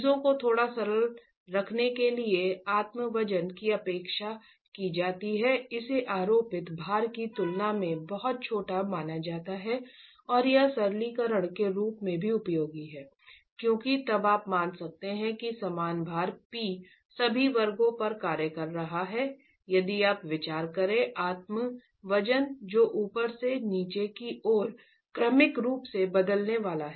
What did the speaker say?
चीजों को थोड़ा सरल रखने के लिए आत्म वजन की उपेक्षा की जाती है इसे आरोपित भार की तुलना में बहुत छोटा माना जाता है और यह सरलीकरण के रूप में भी उपयोगी है क्योंकि तब आप मान सकते हैं कि समान भार P सभी वर्गों पर कार्य कर रहा है यदि आप विचार करें आत्म वजन जो ऊपर से नीचे की ओर क्रमिक रूप से बदलने वाला है